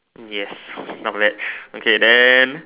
yes not bad okay then